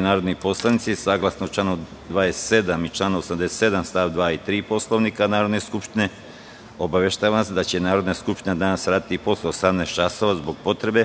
narodni poslanici, saglasno članu 27. i članu 87. stavovi 2. i 3. Poslovnika Narodne skupštine, obaveštavam vas da će Narodna skupština danas raditi i posle 18,00 časova, zbog potrebe